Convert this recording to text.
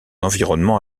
environnement